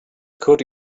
could